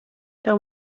tev